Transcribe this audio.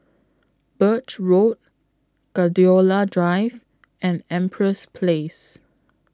Birch Road Gladiola Drive and Empress Place